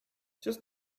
just